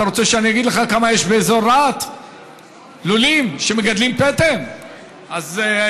אתה רוצה שאני אגיד לך כמה לולים שמגדלים פטם יש באזור רהט?